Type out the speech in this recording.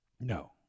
No